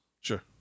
Sure